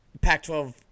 Pac-12